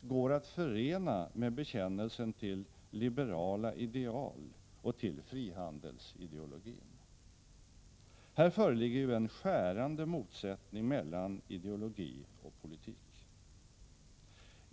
går att förena med bekännelsen till liberala ideal och till frihandelsideologin? Här föreligger ju en skärande motsättning mellan ideologi och politik.